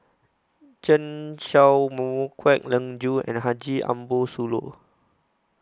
Chen Show Mao Kwek Leng Joo and Haji Ambo Sooloh